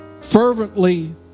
fervently